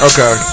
Okay